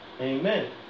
Amen